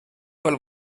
pel